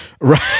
Right